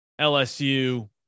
LSU